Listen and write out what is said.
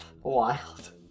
Wild